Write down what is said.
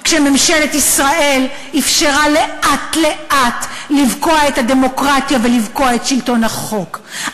כשממשלת ישראל אפשרה לאט-לאט לבקוע את הדמוקרטיה ולבקוע את שלטון החוק,